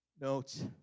notes